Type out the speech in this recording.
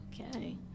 okay